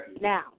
Now